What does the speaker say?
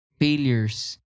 Failures